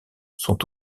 sont